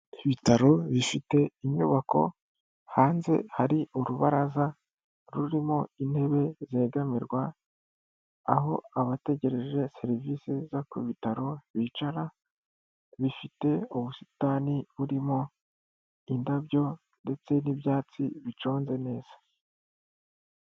Ibitaro bifite inyubako, hanze hari urubaraza rurimo intebe zegamirwa, aho abategereje serivisi zo ku bitaro bicara, bifite ubusitani burimo indabyo ndetse n'ibyatsi biconze neza.